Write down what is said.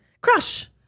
Crush